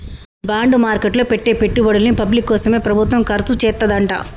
bond market లో పెట్టే పెట్టుబడుల్ని పబ్లిక్ కోసమే ప్రభుత్వం ఖర్చుచేత్తదంట